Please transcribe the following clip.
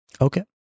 Okay